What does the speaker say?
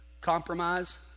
Compromise